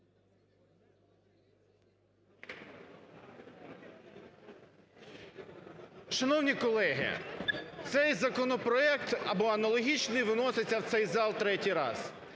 Шановні колеги, цей законопроект або аналогічний виноситься в цей зал третій раз.